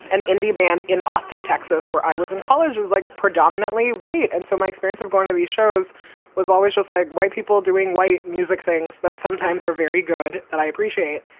an indie band in austin, texas, where i was in college was like predominantly white and so my experience of going to these shows was always just like white people doing white music, things that sometimes are very good that i appreciate.